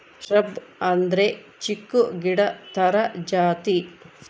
shrub ಅಂದ್ರೆ ಚಿಕ್ಕು ಗಿಡ ತರ ಜಾತಿ